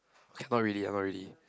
okay not really ah not really